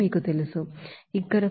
కాబట్టి ఇది ఇక్కడ 4